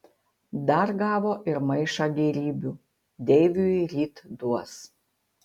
dar gavo ir maišą gėrybių deiviui ryt duos